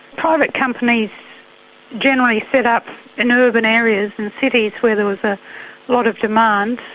private companies generally set up in urban areas and cities where there was a lot of demand.